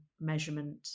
measurement